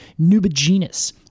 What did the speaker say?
nubigenus